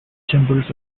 timbers